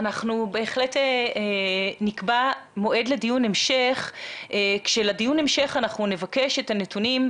אנחנו בהחלט נקבע מועד לדיון המשך כשלדיון ההמשך אנחנו נבקש את הנתונים,